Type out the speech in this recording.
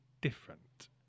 different